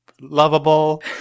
lovable